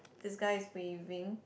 this guy is waving